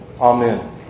Amen